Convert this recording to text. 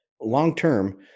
long-term